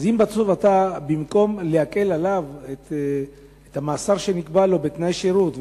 אז אם במקום להקל את המאסר שנקבע לבעל מוגבלות בתנאי שירות,